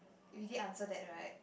and he did answer that right